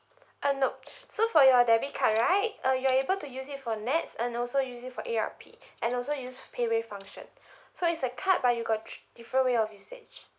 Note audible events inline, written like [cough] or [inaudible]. uh nope so for your debit card right uh you are able to use it for nets and also use it for A_R_P and also use paywave function [breath] so it's a card but you got three different way of usage